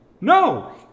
No